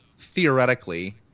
theoretically